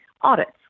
audits